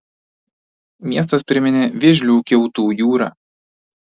miestas priminė vėžlių kiautų jūrą